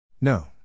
No